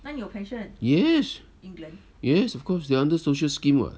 yes yes of course they under social scheme [what]